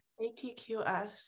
APQS